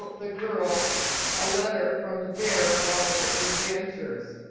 the girl a letter from the bear of all of its adventures.